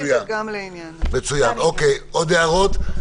עוד הערות?